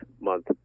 month